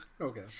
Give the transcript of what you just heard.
Okay